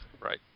right